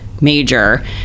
major